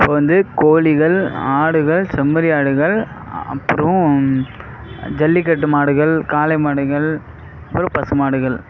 இப்போ வந்து கோழிகள் ஆடுகள் செம்மறி ஆடுகள் அப்பறம் ஜல்லிக்கட்டு மாடுகள் காளை மாடுகள் அப்றம் பசு மாடுகள்